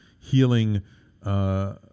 healing